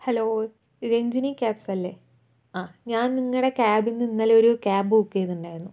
hello ഇത് രഞ്ജിനി ക്യാബ്സല്ലേ ഞാൻ നിങ്ങളുടെ ക്യാബിന്ന് ഇന്നലെ ഒരു ക്യാബ് ബുക്ക് ചെയ്തിട്ടിണ്ടായിരുന്നു